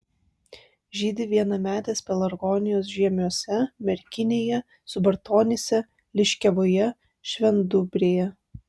žydi vienametės pelargonijos žiemiuose merkinėje subartonyse liškiavoje švendubrėje